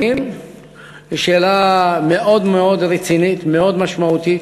היא שאלה מאוד רצינית ומאוד משמעותית.